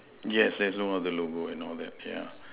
yes there's no other logo and all that yeah